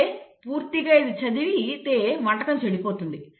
అంటే పూర్తిగా ఇది చదివితే వంటకం చెడిపోతుంది